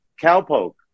cowpoke